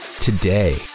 today